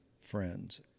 friends